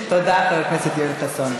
תודה, חבר הכנסת יואל חסון.